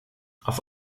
auf